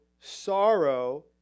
sorrow